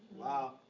Wow